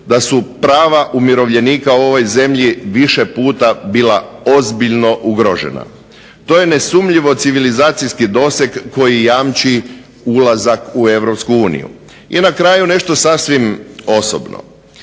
da su prava umirovljenika u ovoj zemlji više puta bila ozbiljno ugrožena. To je nesumnjivo civilizacijski doseg koji jamči ulazak u EU. I na kraju nešto sasvim osobno.